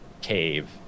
Cave